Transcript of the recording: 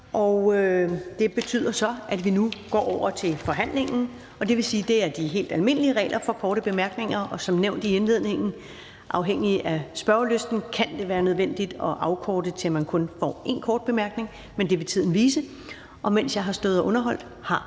Det betyder så, at vi nu går over til forhandlingen, og det vil sige, at der gælder de helt almindelige regler for korte bemærkninger. Og som nævnt i indledningen kan det afhængigt af spørgelysten være nødvendigt at afkorte det til, at man kun får én kort bemærkning, men det vil tiden vise. Mens jeg har stået og underholdt, har